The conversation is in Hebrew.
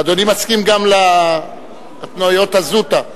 אדוני מסכים גם להתניות הזוטא.